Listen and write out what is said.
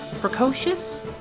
Precocious